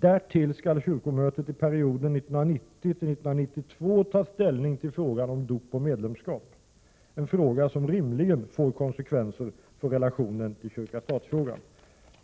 Därtill skall kyrkomötet i perioden 1990-1992 ta ställning till frågan om dop och medlemskap, en fråga som rimligen får konsekvenser för relationen till kyrka-stat-frågan.